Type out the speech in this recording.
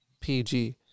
PG